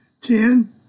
Ten